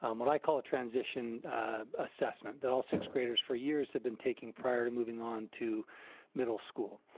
um what i call a transition assessment, that all sixth graders for years have been taking prior to moving on to middle school.